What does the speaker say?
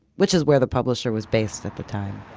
which is where the publisher was based at the time.